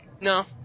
no